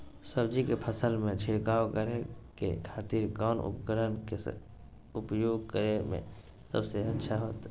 सब्जी के फसल में छिड़काव करे के खातिर कौन उपकरण के उपयोग करें में सबसे अच्छा रहतय?